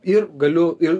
ir galiu ir